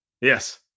Yes